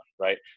right